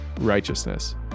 righteousness